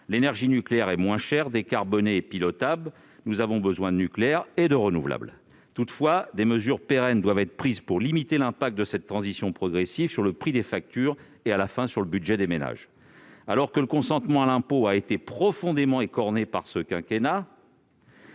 L'énergie nucléaire est moins chère, décarbonée et pilotable. Nous avons besoin de nucléaire et de renouvelable. Toutefois, des mesures pérennes doivent être prises pour limiter l'impact de cette transition progressive sur le montant des factures et,, sur le budget des ménages. Alors que le consentement à l'impôt a été gravement écorné par ce quinquennat,